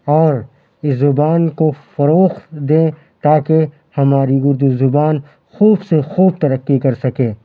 اور اِس زبان کو فروغ دیں تا کہ ہماری اُردو زبان خوب سے خوب ترقی کر سکے